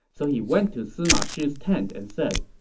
so he went to sima shi's tent and said,